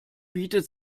bietet